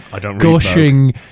gushing